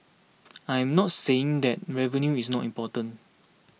I am not saying that revenue is not important